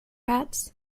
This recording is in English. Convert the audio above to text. pats